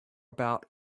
about